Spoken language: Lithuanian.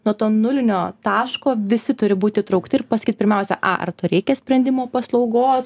nuo to nulinio taško visi turi būt įtraukti ir pasakyt pirmiausia a ar to reikia sprendimo paslaugos